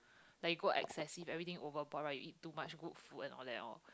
like you go excessive everything overboard right you eat too much good food all that and all